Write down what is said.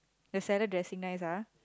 the salad dressing nice ah